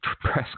press